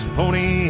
pony